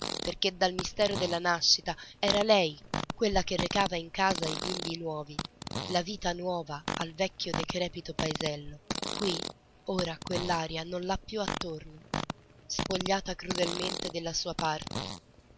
perché dal mistero della nascita era lei quella che recava in ogni casa i bimbi nuovi la vita nuova al vecchio decrepito paesello qui ora quell'aria non l'ha più attorno spogliata crudelmente della sua parte